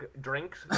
drinks